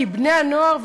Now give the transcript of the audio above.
כי בני-הנוער,